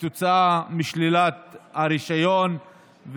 כתוצאה משלילת הרישיון.